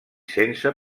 sense